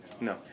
No